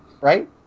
Right